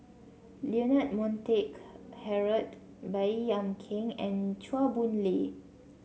Leonard Montague Harrod Baey Yam Keng and Chua Boon Lay